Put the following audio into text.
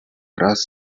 wraz